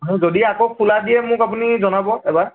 যদি আকৌ খোলা দিয়ে মোক আপুনি জনাব এবাৰ